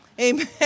Amen